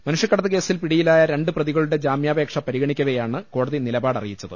മനുഷ്യക്ക ടത്ത് കേസിൽ പിടിയിലായ രണ്ട് പ്രതികളുടെ ജാമ്യാപേക്ഷ പരി ഗണിക്കവെയാണ് കോടതി നിലപാട് അറിയിച്ചത്